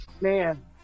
man